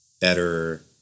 better